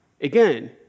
Again